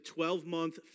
12-month